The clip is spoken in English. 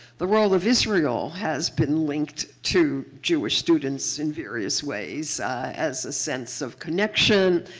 the role of israel has been linked to jewish students in various ways as a sense of connection,